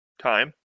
Time